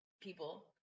people